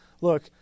look